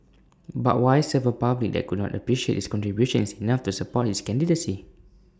but why serve A public that could not appreciate his contributions enough to support his candidacy